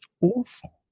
awful